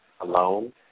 alone